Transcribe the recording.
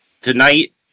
tonight